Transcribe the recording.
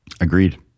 Agreed